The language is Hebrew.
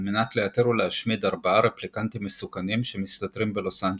על מנת לאתר ולהשמיד ארבעה רפליקנטים מסוכנים שמסתתרים בלוס אנג'לס,